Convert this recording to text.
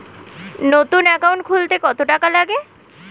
নতুন একাউন্ট খুলতে কত টাকা লাগে?